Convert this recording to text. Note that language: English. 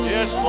Yes